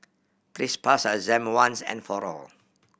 please pass your exam once and for all